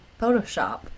Photoshop